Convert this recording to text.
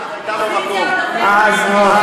תזכה לשבת באופוזיציה עוד הרבה זמן.